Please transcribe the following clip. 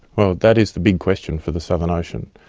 well, that is the big question for the southern ocean.